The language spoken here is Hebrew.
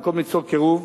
במקום ליצור קירוב.